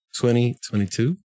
2022